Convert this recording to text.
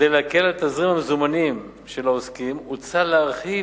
וכדי להקל על תזרים המזומנים של העוסקים הוצע להרחיב